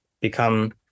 become